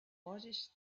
posis